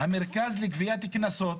המרכז לגביית קנסות,